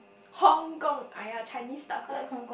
Hong-Kong !aiya! Chinese stuff lah